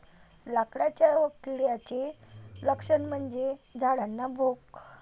लाकडाच्या किड्याचे लक्षण म्हणजे झाडांना भोक